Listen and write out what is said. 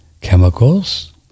Chemicals